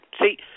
See